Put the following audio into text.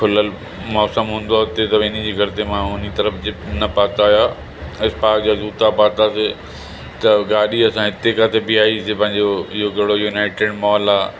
खुलियलु मौसम हूंदो आहे उते त इन जे करे मां उन तर्फ़ जे न पाता हुआ स्पार्क जा जूता पातासीं त गाॾी असां हिते काथे बीहाईसीं पंहिंजो इहो कहिड़ो यूनाइटिड मॉल आहे